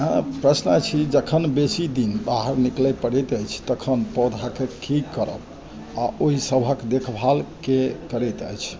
प्रश्न अछि जखन बेसी दिन बाहर निकलै पड़ैत अछि तखन पौधाकेँ की करब आ ओहि सभक देखभालके करैत अछिे